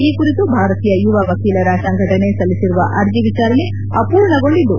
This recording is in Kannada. ಈ ಕುರಿತು ಭಾರತೀಯ ಯುವ ವಕೀಲರ ಸಂಘಟನೆ ಸಲ್ಲಿಸಿರುವ ಅರ್ಜಿ ವಿಚಾರಣೆ ಅಪೂರ್ಣಗೊಂಡಿದ್ದು